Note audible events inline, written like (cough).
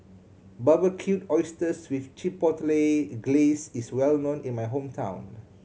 Barbecued Oysters with Chipotle (unintelligible) Glaze is well known in my hometown